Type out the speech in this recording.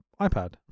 iPad